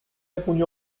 répondu